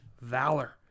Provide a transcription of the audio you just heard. valor